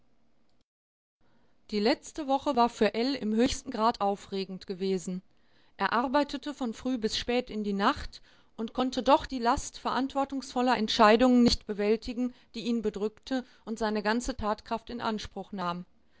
die letzte woche war für ell im höchsten grad aufregend gewesen er arbeitete von früh bis spät in die nacht und konnte doch die last verantwortungsvoller entscheidungen nicht bewältigen die ihn bedrückte und seine ganze tatkraft in anspruch nahm